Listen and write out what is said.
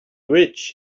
rich